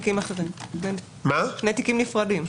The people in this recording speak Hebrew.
אלה שני תיקים נפרדים.